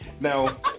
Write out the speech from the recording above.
Now